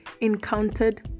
encountered